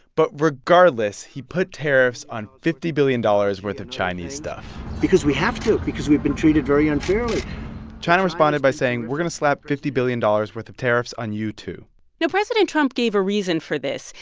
but, regardless, he put tariffs on fifty billion dollars worth of chinese stuff because we have to because we've been treated very unfairly china responded by saying, we're going to slap fifty billion dollars worth of tariffs on you, too now, president trump gave a reason for this.